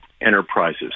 enterprises